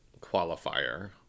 qualifier